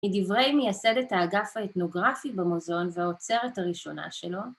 מדברי מייסדת האגף האתנוגרפי במוזיאון והאוצרת הראשונה שלו.